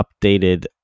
updated